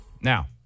now